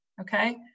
Okay